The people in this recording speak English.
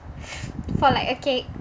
for like a cake